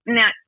now